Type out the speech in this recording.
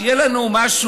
שיהיה לנו משהו,